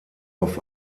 auf